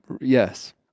Yes